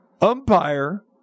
Umpire